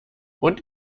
und